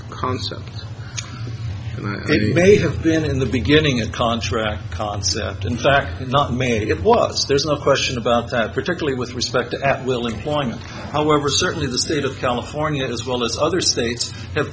concept and maybe may have been in the beginning a contract concept in fact not made it was there's no question about that particularly with respect at will employment however certainly the state of california as well as other states have